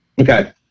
Okay